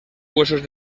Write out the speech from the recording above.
huesos